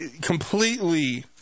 Completely